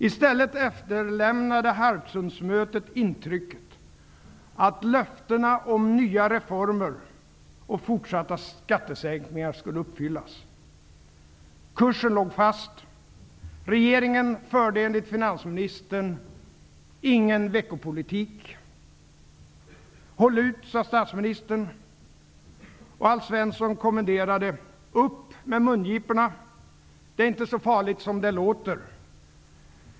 I stället efterlämnade mötet på Harpsund intrycket att löftena om nya reformer och fortsatta skattesänkningar skulle uppfyllas. Kursen låg fast. Regeringen förde, enligt finansministern, ingen veckopolitik. Håll ut! sade statsministern. Och Alf Svensson kommenderade: Upp med mungiporna, det är inte så farligt som det låter.